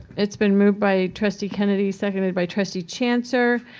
it's been moved by trustee kennedy, seconded by trustee chancer.